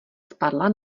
spadla